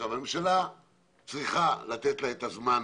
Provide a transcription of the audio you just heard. הממשלה צריכה לתת לה את הזמן